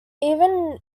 even